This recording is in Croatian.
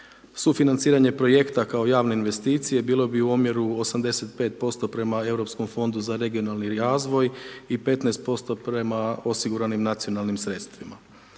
Sufinanciranje Projekta kao javne investicije bilo bi u omjeru 85% prema Europskom fondu za regionalni razvoj i 15% prema osiguranim nacionalnim sredstvima.